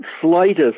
slightest